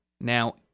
Now